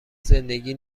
زندگی